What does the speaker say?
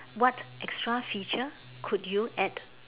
what extra feature could you add